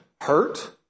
hurt